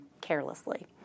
carelessly